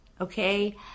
Okay